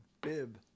bib